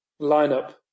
lineup